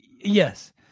Yes